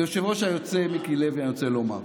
היושב-ראש היוצא מיקי לוי, אני רוצה לומר: